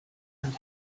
and